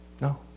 No